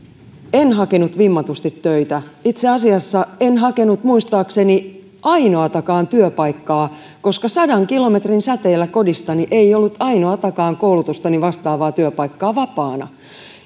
en hakenut vimmatusti töitä itse asiassa en hakenut muistaakseni ainoatakaan työpaikkaa koska sadan kilometrin säteellä kodistani ei ollut ainoatakaan koulutustani vastaavaa työpaikkaa vapaana